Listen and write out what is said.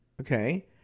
Okay